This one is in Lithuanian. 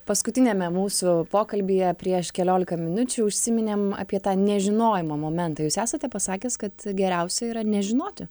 paskutiniame mūsų pokalbyje prieš keliolika minučių užsiminėm apie tą nežinojimo momentą jūs esate pasakęs kad geriausia yra nežinoti